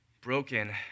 broken